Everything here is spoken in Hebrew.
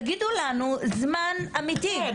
תגידו לנו זמן אמיתי,